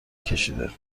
کشیده